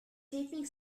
keeping